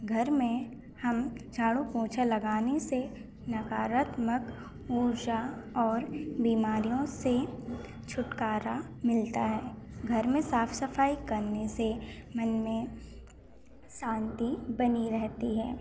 घर में हम झाड़ू पोछा लगाने से नकारात्मक ऊर्जा और बीमारियों से छुटकारा मिलता है घर में साफ़ सफ़ाई करने से मन में शांति बनी रहती है